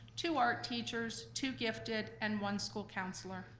two art teachers, two gifted, and one school counselor.